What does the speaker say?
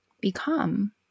become